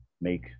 make